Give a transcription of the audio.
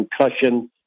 concussion